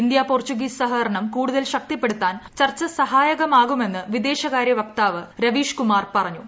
India Portuguese സഹകരണം കൂടുതൽ ശക്തിപ്പെടുത്താൻ ചർച്ച സഹായകമാകുമെന്ന് വിദേശകാര്യ വക്താവ് രവീഷ്കുമാർ പറഞ്ഞു